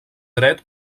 dret